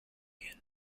ambient